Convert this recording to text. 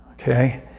Okay